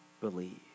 believe